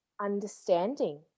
understanding